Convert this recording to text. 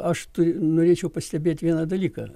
aš norėčiau pastebėt vieną dalyką